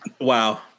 Wow